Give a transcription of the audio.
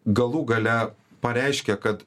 galų gale pareiškia kad